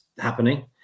happening